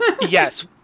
Yes